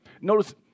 notice